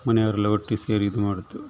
ಮನೆಯವರೆಲ್ಲ ಒಟ್ಟಿಗೆ ಸೇರಿ ಇದು ಮಾಡುತ್ತೇವೆ